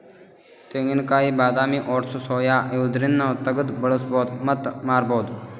ತೆಂಗಿನಕಾಯಿ ಬಾದಾಮಿ oats soya ಇವ್ದರಿಂದ್ ನಾವ್ ತಗ್ದ್ ಬಳಸ್ಬಹುದ್ ಮತ್ತ್ ಮಾರ್ಬಹುದ್